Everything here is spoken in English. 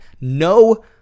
no